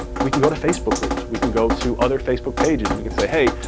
we can go to facebook groups. we can go to other facebook pages. we can say, hey,